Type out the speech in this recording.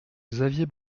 xavier